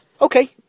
Okay